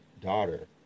daughter